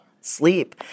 sleep